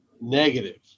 negative